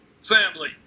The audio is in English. family